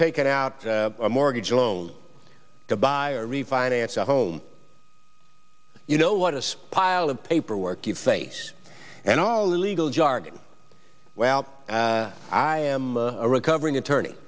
taken out a mortgage loan to buy refinance a home you know what this pile of paperwork you face and all the legal jargon well i am a recovering attorney